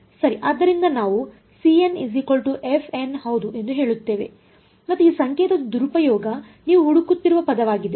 ಆದ್ದರಿಂದ ನಾವು cn fn ಹೌದು ಎಂದು ಹೇಳುತ್ತೇವೆ ಮತ್ತು ಈ ಸಂಕೇತದ ದುರುಪಯೋಗ ನೀವು ಹುಡುಕುತ್ತಿರುವ ಪದವಾಗಿದೆ